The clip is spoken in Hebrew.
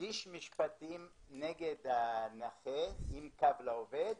מגיש משפטים נגד הנכה עם "קו לעובד".